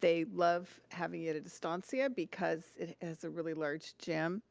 they loved having it at estancia because it has a really large gym